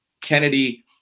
Kennedy